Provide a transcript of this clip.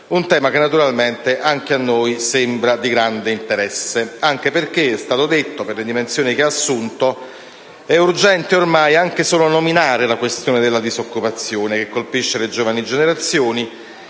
un tema che naturalmente anche a noi sembra di grande interesse, anche perché (è stato detto), per le dimensioni che ha assunto, è urgente ormai anche solo nominare la questione della disoccupazione che colpisce le giovani generazioni,